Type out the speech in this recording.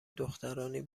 دخترانی